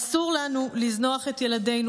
אסור לנו לזנוח את ילדינו.